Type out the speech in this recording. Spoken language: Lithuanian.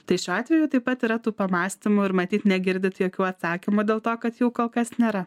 tai šiuo atveju taip pat yra tų pamąstymų ir matyt negirdit jokių atsakymų dėl to kad jų kol kas nėra